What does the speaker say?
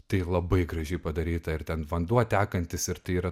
tai labai gražiai padaryta ir ten vanduo tekantis ir tai yra